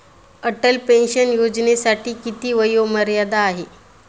Atal pension योजनेसाठी किती वयोमर्यादा आहे?